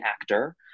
actor